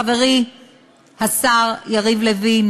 חברי השר יריב לוין